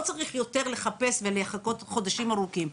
צריך יותר לחפש ולחכות חודשים ארוכים,